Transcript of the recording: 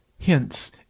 Hence